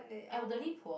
elderly poor